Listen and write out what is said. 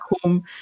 home